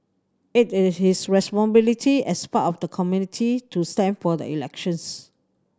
it is his responsibility as part of the community to stand for the elections